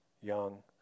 young